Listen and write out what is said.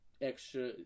Extra